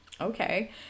Okay